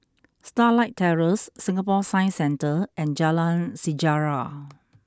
Starlight Terrace Singapore Science Centre and Jalan Sejarah